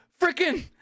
freaking